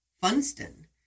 Funston